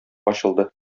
ачылды